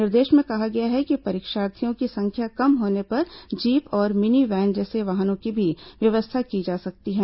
निर्देश में कहा गया है कि परीक्षार्थियों की संख्या कम होने पर जीप और मिनी वैन जैसे वाहनों की भी व्यवस्था की जा सकती है